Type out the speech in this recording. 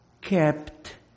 kept